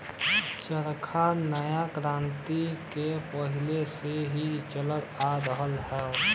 चरखा नया क्रांति के पहिले से ही चलल आ रहल हौ